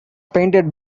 painted